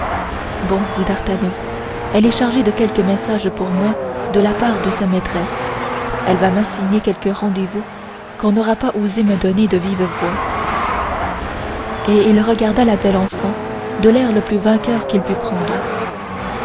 bon fit d'artagnan elle est chargée de quelque message pour moi de la part de sa maîtresse elle va m'assigner quelque rendez-vous qu'on n'aura pas osé me donner de vive voix et il regarda la belle enfant de l'air le plus vainqueur qu'il put prendre